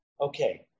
okay